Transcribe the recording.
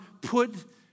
put